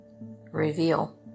reveal